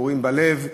פרפורים בלב,